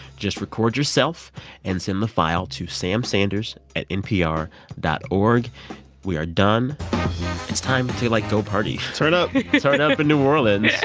just record yourself and send the file to sam sanders at npr dot org we are done it's time and to, like, go party turn up turn up in new orleans.